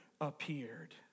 appeared